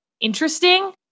interesting